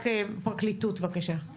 רק פרקליטות, בבקשה.